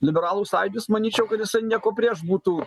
liberalų sąjūdis manyčiau kad jisai nieko prieš būtų